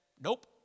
Nope